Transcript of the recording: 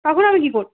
তখন আমি কি করব